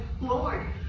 Lord